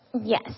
Yes